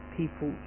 people